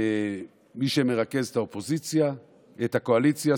למי שמרכז את האופוזיציה, סליחה, את הקואליציה,